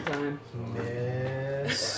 Miss